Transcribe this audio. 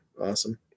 awesome